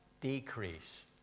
decrease